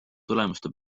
tulemuste